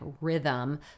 rhythm